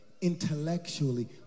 intellectually